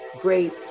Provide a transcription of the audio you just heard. great